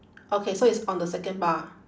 okay so it's on the second bar